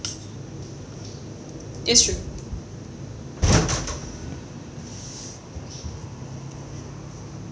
it's true